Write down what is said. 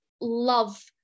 love